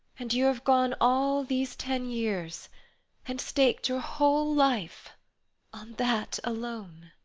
and you have gone all these ten years and staked your whole life on that alone.